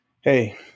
Hey